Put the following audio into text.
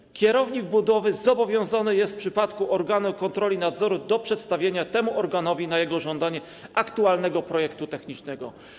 I kierownik budowy zobowiązany jest w przypadku kontroli organu nadzoru do przedstawienia temu organowi, na jego żądanie, aktualnego projektu technicznego.